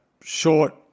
short